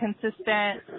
consistent